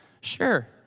Sure